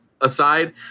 aside